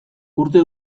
urte